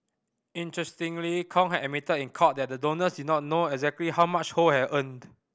interestingly Kong had admitted in court that the donors did not know exactly how much Ho had earned